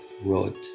road